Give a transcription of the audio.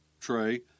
tray